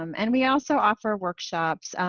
um and we also offer workshops.